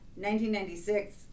1996